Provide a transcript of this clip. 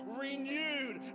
renewed